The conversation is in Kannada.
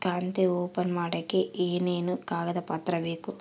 ಖಾತೆ ಓಪನ್ ಮಾಡಕ್ಕೆ ಏನೇನು ಕಾಗದ ಪತ್ರ ಬೇಕು?